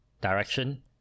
direction